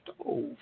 stove